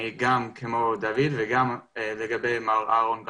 אני גם כמו דוד וגם לגבי מר אהרון,